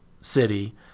city